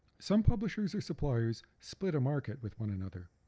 some publishers or suppliers split a market with one another,